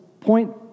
point